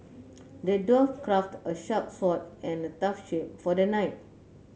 the dwarf craft a sharp sword and a tough shield for the knight